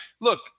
look